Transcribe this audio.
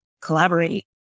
collaborate